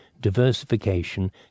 diversification